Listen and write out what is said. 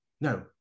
no